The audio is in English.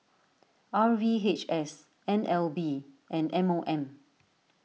R V H S N L B and M O M